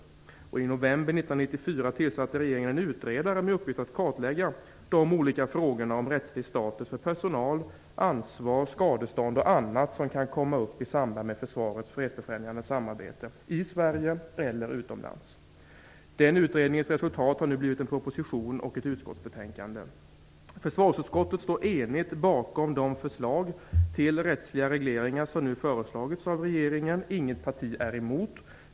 I november 1994 tillsatte regeringen en utredare med uppgift att kartlägga de olika frågorna om rättslig status för personal, ansvar, skadestånd och annat som kan komma upp i samband med försvarets fredsbefrämjande samarbete i Sverige eller utomlands. Den utredningens resultat har nu lett fram till en proposition och ett utskottsbetänkande. Försvarsutskottet står enigt bakom de förslag till rättsliga regleringar som nu har föreslagits av regeringen. Inget parti är emot.